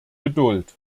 geduld